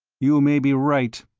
you may be right,